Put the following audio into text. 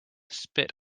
spit